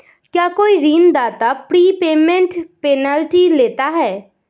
क्या कोई ऋणदाता प्रीपेमेंट पेनल्टी लेता है?